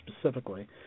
specifically